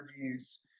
interviews